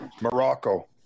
Morocco